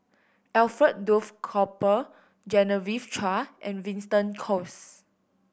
Alfred Duff Cooper Genevieve Chua and Winston Choos